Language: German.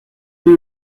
sie